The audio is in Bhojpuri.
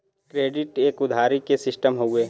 क्रेडिट एक उधारी के सिस्टम हउवे